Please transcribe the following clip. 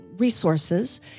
resources